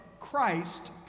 Christ